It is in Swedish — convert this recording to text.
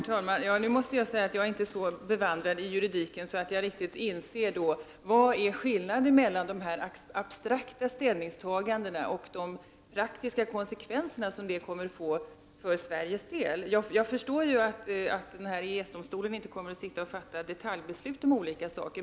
Herr talman! Jag måste erkänna att jag inte är så bevandrad i juridiken att jag riktigt inser vad som är skillnaden mellan de abstrakta ställningstagandena och de praktiska konsekvenser dessa kommer att få för Sveriges del. Jag förstår att EES-domstolen inte kommer att fatta detaljbeslut om olika saker.